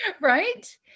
Right